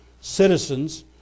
citizens